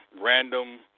random